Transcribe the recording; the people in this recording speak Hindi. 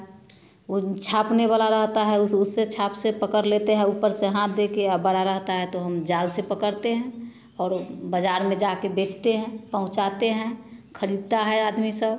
उन छापने वाला रहता है उस उससे छाप से पकड़ लेते हैं आ ऊपर से हाँथ दे कर और बरा रहता है तो हम जाल से पकड़ते हैं औरो बाज़ार में जाकर बेचते हैं पहुँचाहते हैं खरीदता है आदमी सब